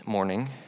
morning